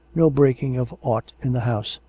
no breaking of aught in the house.